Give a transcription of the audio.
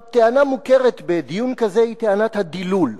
טענה מוכרת בדיון כזה היא טענת הדילול.